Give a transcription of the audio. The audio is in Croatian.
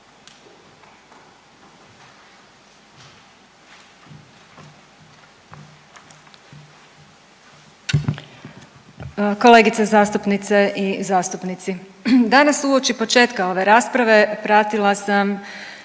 Kolege zastupnice i zastupnici, danas uoči početka ove rasprave pratila sam